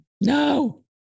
No